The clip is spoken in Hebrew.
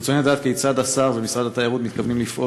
ברצוני לדעת כיצד השר ומשרד התיירות מתכוונים לפעול